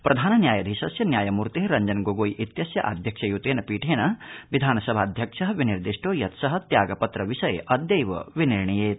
प्रधानन्यायाधीशस्य न्यायमूर्ते रञ्जनगोगोई इत्यस्य आध्यक्ष्य य्तेन पीठेन विधानसभाध्यक्ष विनिर्दिष्टो यत् स त्यागपत्रविषये अद्यैव विनिर्णयेत्